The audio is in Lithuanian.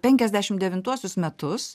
penkiasdešim devintuosius metus